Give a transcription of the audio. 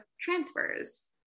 transfers